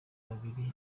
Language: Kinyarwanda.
babiri